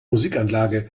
musikanlage